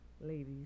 ladies